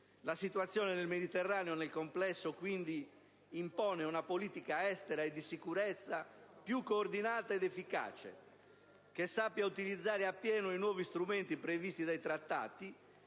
La situazione nel Mediterraneo nel complesso, quindi, impone una politica estera e di sicurezza più coordinata ed efficace, che sappia utilizzare appieno i nuovi strumenti previsti dai trattati,